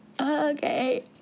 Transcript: okay